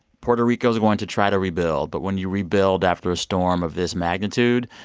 puerto rico's going to try to rebuild. but when you rebuild after a storm of this magnitude,